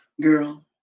girl